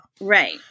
Right